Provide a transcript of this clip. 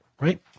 right